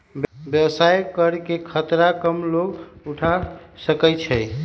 व्यवसाय करे के खतरा कम लोग उठा सकै छै